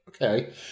Okay